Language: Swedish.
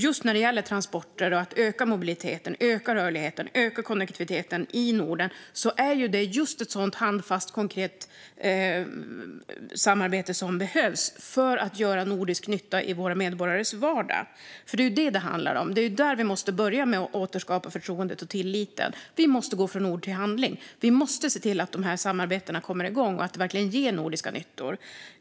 Just när det gäller transporter och att öka mobiliteten, öka rörligheten och öka konnektiviteten i Norden är det just ett sådant handfast och konkret samarbete som behövs för att göra nordisk nytta i våra medborgares vardag. Det är nämligen detta som det handlar om. Det är där som vi måste börja med att återskapa förtroendet och tilliten. Vi måste gå från ord till handling. Vi måste se till att dessa samarbeten kommer igång och att de verkligen ger nordiska nyttor.